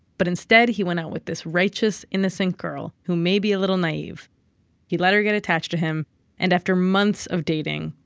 but instead, he went out with this righteous, innocent girl who may be a little naive he let her get attached to him and, after months of dating,